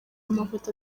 amafoto